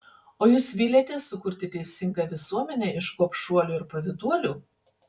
o jūs viliatės sukurti teisingą visuomenę iš gobšuolių ir pavyduolių